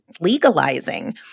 legalizing